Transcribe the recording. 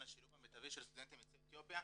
השילוב המיטבי של סטודנטים יוצאי אתיופיה.